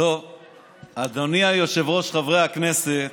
אדוני היושב-ראש, חברי הכנסת,